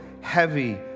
heavy